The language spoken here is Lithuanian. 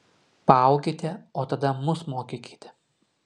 paaukite o tada mus mokykite